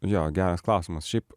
jo geras klausimas šiaip